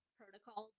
protocol